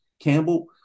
Campbell